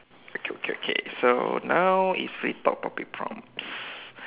okay okay okay so now is free talk topic prompts